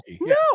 No